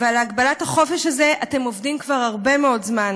ועל הגבלת החופש הזה אתם עובדים כבר הרבה מאוד זמן.